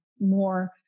more